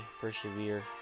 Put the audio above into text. persevere